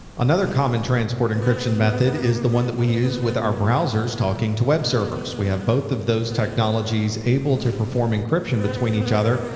another common transport encryption method is the one that we use with our browsers, talking to web servers. we have both of those technologies able to perform encryption between each other.